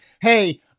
Hey